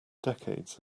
decades